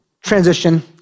transition